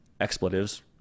expletives